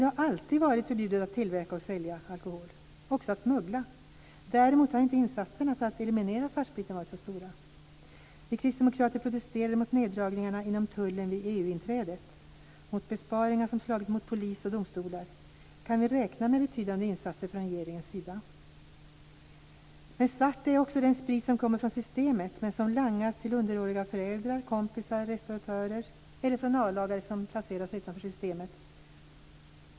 Det har alltid varit förbjudet att tillverka och sälja alkohol liksom att smuggla sådan men insatserna för att eliminera svartspriten har inte varit så stora. Vi kristdemokrater protesterade mot neddragningarna inom tullen vid EU-inträdet och mot besparingar som slagit mot polis och domstolar. Kan vi där räkna med betydande insatser från regeringens sida? Svart är också den sprit som kommer från Systemet och som langas till underåriga av föräldrar, kompisar, restauratörer eller A-lagare som placerar sig utanför Systemet.